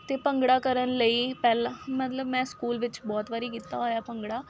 ਅਤੇ ਭੰਗੜਾ ਕਰਨ ਲਈ ਪਹਿਲਾਂ ਮਤਲਬ ਮੈਂ ਸਕੂਲ ਵਿੱਚ ਬਹੁਤ ਵਾਰ ਕੀਤਾ ਹੋਇਆ ਭੰਗੜਾ